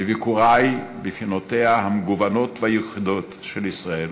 בביקורי בפינותיה המגוונות והייחודיות של ישראל